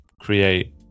create